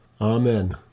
Amen